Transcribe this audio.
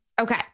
Okay